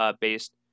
based